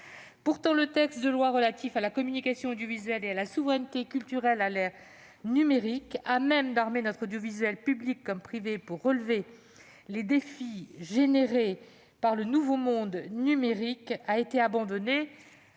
Pourtant, le projet de loi relatif à la communication audiovisuelle et à la souveraineté culturelle à l'ère numérique, à même d'armer notre audiovisuel, public comme privé, pour lui permettre de relever les défis générés par le nouveau monde, numérique a été abandonné